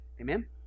Amen